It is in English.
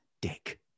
dick